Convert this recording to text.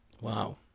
Wow